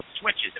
switches